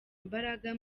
imbaraga